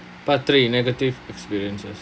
part three negative experiences